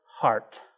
heart